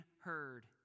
heard